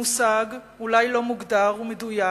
מושג אולי לא מוגדר ומדויק